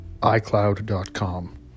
iCloud.com